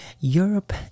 europe